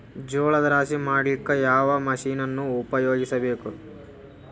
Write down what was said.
ಜೋಳದ ರಾಶಿ ಮಾಡ್ಲಿಕ್ಕ ಯಾವ ಮಷೀನನ್ನು ಉಪಯೋಗಿಸಬೇಕು?